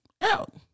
out